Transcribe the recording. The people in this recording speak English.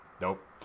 Nope